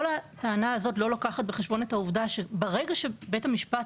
כל הטענה הזאת לא לוקחת בחשבון את העובדה שברגע שבית המשפט